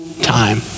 time